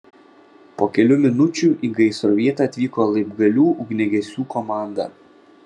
po kelių minučių į gaisro vietą atvyko laibgalių ugniagesių komanda